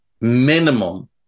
minimum